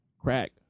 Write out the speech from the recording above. Crack